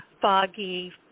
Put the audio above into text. foggy